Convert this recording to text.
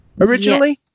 originally